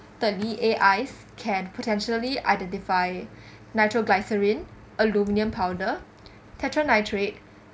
the ne~ A_I can and potentially identify natural glycerin aluminium powder tetronitrate